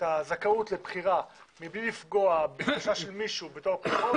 הזכאות לבחירה מבלי לפגוע בתחושה של מישהו בטוהר הבחירות.